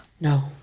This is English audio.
No